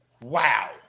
Wow